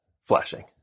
flashing